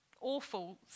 awful